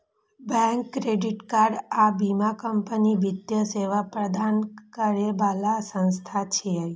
bank, credit card आ बीमा company वित्तीय सेवा प्रदान करै बला संस्थान छियै